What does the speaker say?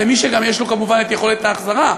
למי שגם יש לו כמובן יכולת ההחזרה,